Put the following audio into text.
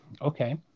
okay